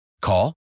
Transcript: Call